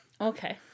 Okay